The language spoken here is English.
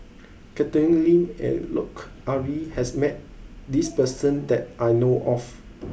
Catherine Lim and Lut Ali has met this person that I know of